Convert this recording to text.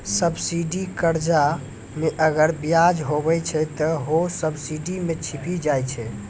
subsidy कर्जा मे अगर बियाज हुवै छै ते हौ सब्सिडी मे छिपी जाय छै